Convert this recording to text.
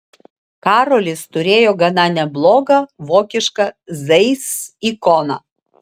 karolis turėjo gana neblogą vokišką zeiss ikoną